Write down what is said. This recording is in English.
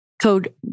code